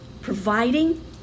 providing